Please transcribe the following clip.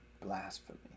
blasphemy